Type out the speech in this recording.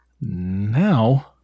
now